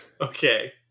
Okay